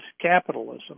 capitalism